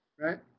right